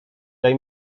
daj